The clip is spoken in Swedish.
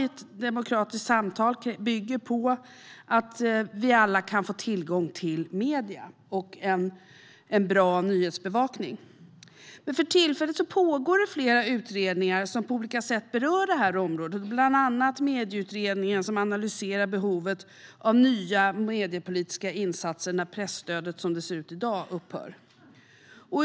Ett demokratiskt samtal bygger på att vi alla kan få tillgång till medier och en bra nyhetsbevakning. Men för tillfället pågår det flera utredningar som på olika sätt berör det här området, bland annat Medieutredningen som analyserar behovet av nya mediepolitiska insatser när presstödet som det ser ut i dag upphör.